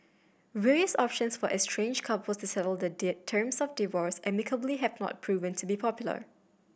various options for estranged couples to settle the terms of divorce amicably have not proven to be popular